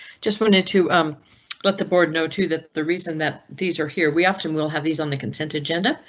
just wanted to um let the board know too that the reason that these are here. we often will have these on the consent agenda,